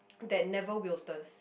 that never wilts